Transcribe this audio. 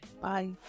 Bye